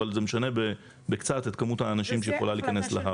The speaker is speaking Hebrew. אבל זה משנה בקצת את כמות האנשים שיכולה להיכנס להר.